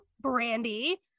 Brandy